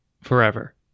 forever